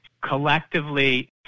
collectively